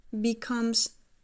becomes